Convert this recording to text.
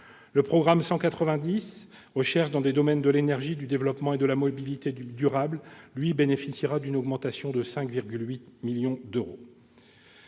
Le programme 190, « Recherche dans les domaines de l'énergie, du développement et de la mobilité durables » bénéficiera, lui, d'une augmentation de 5,8 millions d'euros.